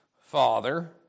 father